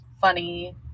funny